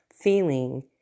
feeling